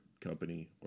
company